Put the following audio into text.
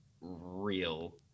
real